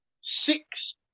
Six